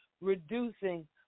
reducing